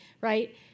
right